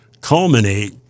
culminate